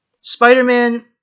Spider-Man